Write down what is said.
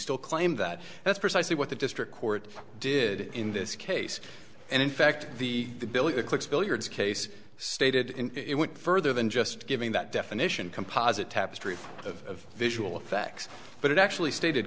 still claim that that's precisely what the district court did in this case and in fact the bill your clicks billiards case stated in it went further than just giving that definition composite tapestry of visual effects but it actually stated